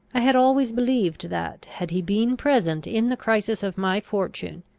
i had always believed that, had he been present in the crisis of my fortune,